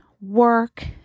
work